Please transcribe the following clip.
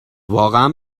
واقعا